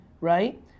right